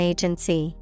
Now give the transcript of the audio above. Agency